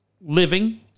living